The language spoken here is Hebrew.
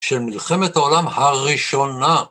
‫של מלחמת העולם הראשונה.